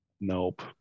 Nope